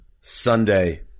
Sunday